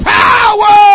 power